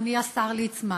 אדוני השר ליצמן,